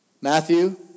Matthew